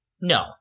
No